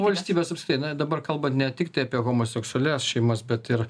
valstybės apskritai na dabar kalbant ne tiktai apie homoseksualias šeimas bet ir